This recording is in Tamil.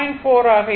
4 ஆக இருக்கும்